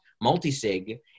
multi-sig